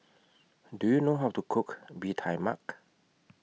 Do YOU know How to Cook Bee Tai Mak